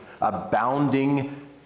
abounding